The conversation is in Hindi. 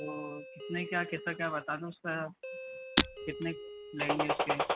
तो कितने क्या कैसा क्या बता दो उसका कितने लगेंगे उसके